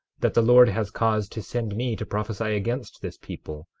that the lord has cause to send me to prophesy against this people,